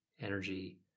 energy